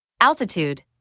Altitude